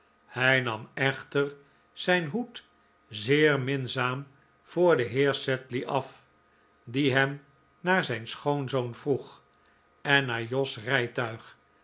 hij nam echter zijn hoed zeer minzaam voor den heer sedley af die hem naar zijn schoonzoon vroeg en naar jos rijtuig